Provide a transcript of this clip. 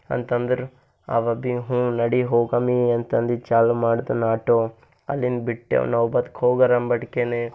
ಅಂತಂದರ ಅವ ಬಿ ಹ್ಞೂ ನಡಿ ಹೋಗಮಿ ಅಂತಂದಿ ಚಾಲು ಮಾಡ್ದನು ಆಟೋ ಅಲ್ಲಿಂದ ಬಿಟ್ಟೆವು ನವಬಾದಕ್ಕ ಹೋಗೋರ್ ಅಂಬಟ್ಕೆನೆ